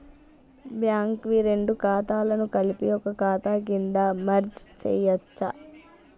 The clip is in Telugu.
బ్యాంక్ వి రెండు ఖాతాలను కలిపి ఒక ఖాతా కింద మెర్జ్ చేయచ్చా?